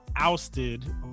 Ousted